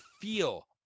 feel